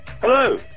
Hello